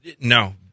No